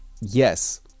Yes